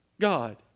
God